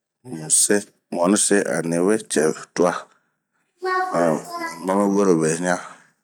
Muse mu anise aba niwe cɛ tua, mɛɛ muma mi werobeɲan